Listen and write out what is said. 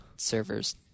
Servers